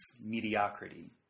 mediocrity